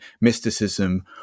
mysticism